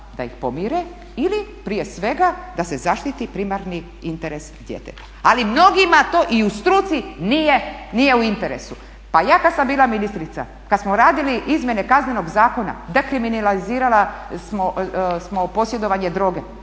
da ih pomire ili prije svega da se zaštiti primarni interes djeteta, ali mnogima to i u struci nije u interesu. Pa ja kad sam bila ministrica, kad smo radili izmjene Kaznenog zakona dekriminalizirali smo posjedovanje droge.